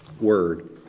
word